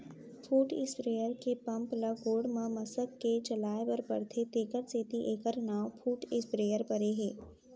foot sprayer के pump ल गोड़ म मसक के चलाए बर परथे तेकर सेती एकर नांव फुट स्पेयर परे हे